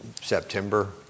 September